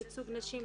לייצוג נשים,